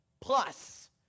Plus